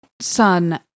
son